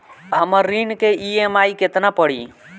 हमर ऋण के ई.एम.आई केतना पड़ी?